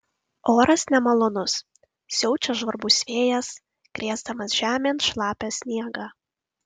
oras nemalonus siaučia žvarbus vėjas krėsdamas žemėn šlapią sniegą